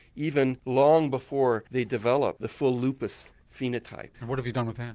even long before they develop the full lupus phenotype. and what have you done with that?